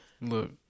Look